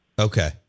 Okay